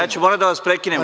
Ja ću morati da vas prekinem.